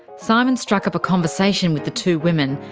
simon struck up a conversation with the two women,